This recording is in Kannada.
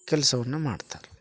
ಕೆಲಸವನ್ನ ಮಾಡ್ತಾರೆ